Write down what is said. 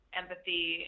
empathy